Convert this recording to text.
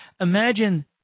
imagine